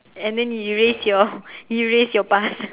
and then you erase your you erase your past